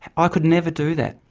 i could never do that,